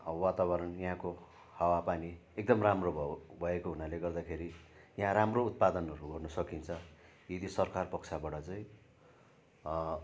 वातावरण यहाँको हावापानी एकदम भए भएको हुनाले गर्दाखेरि यहाँ राम्रो उत्पादनहरू गर्नुसकिन्छ यदि सरकार पक्षबाट चाहिँ